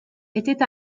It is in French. étaient